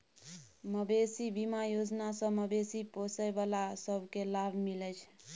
मबेशी बीमा योजना सँ मबेशी पोसय बला सब केँ लाभ मिलइ छै